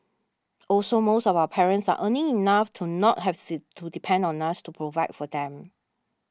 also most of our parents are earning enough to not have to depend on us to provide for them